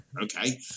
okay